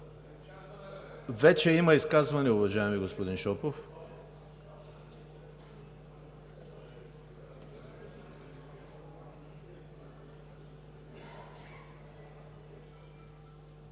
Вече има изказвания, уважаеми господин Шопов.